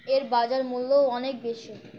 এর বাজার মূল্যও অনেক বেশি